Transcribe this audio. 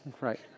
Right